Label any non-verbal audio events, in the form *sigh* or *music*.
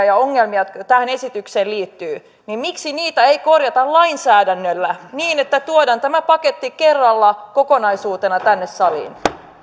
*unintelligible* ja ongelmat jotka tähän esitykseen liittyvät niin miksi niitä ei korjata lainsäädännöllä niin että tuodaan tämä paketti kerralla kokonaisuutena tänne saliin